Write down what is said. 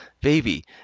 baby